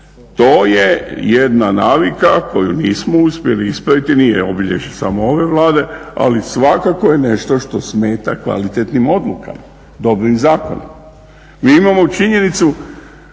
To je jedna navika koju nismo uspjeli ispraviti, nije obilježje samo ove Vlade, ali svakako je nešto što smeta kvalitetnim odlukama, dobrim zakonima. Mi imamo činjenicu